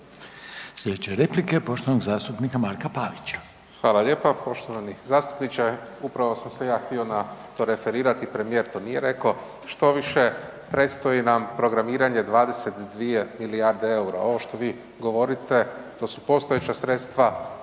Slijedeća replika je poštovanog zastupnika Marka Pavića. **Pavić, Marko (HDZ)** Hvala lijepa. Poštovani zastupniče, upravo sam se ja htio na to referirati, premijer to nije rekao, štoviše, predstoji nam programiranje 22 milijarde eura. Ovo što vi govorite, to su postojeća sredstva